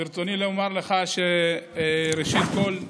ברצוני לומר לך שראשית כול,